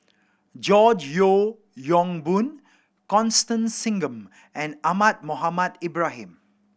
George Yeo Yong Boon Constance Singam and Ahmad Mohamed Ibrahim